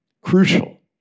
Crucial